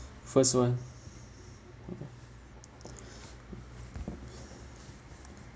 first one